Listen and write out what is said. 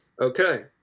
Okay